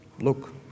look